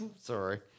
Sorry